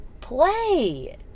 play